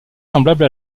semblable